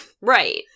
Right